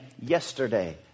yesterday